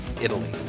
Italy